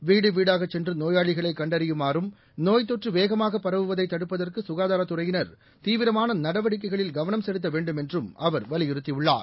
வீடுவீடாகச் சென்றுநோயாளிகளைகண்டறியுமாறும் நோய்த் தொற்றுவேகமாக பரவுவதைதடுப்பதற்குகாதாரத்துறையினர் தீவிரமானநடவடிக்கைகளில் கவனம் செலுத்தவேண்டும் என்றும் அவர் வலியுறுத்தியுள்ளார்